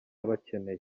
bakeneye